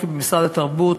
משרד התרבות,